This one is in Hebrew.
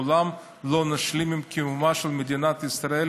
לעולם לא נשלים עם קיומה של מדינת ישראל